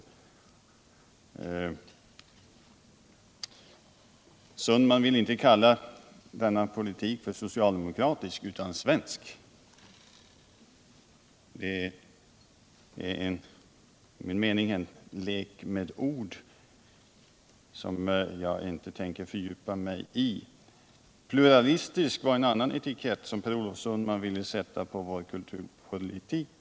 Per Olof Sundman vill inte kalla denna politik för socialdemokratisk, utan han vill kalla den för svensk. Enligt min mening är detta en lek med ord som jag inte tänker engagera mig i. Pluralistisk var en annan etikett som Per Olof Sundman ville sätta på denna kulturpolitik.